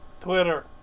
Twitter